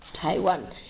Taiwan